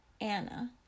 Anna